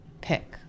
pick